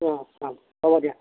অঁ অঁ হ'ব দিয়া